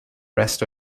rest